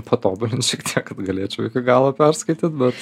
patobulint šiek tiek kad galėčiau iki galo perskaityt bet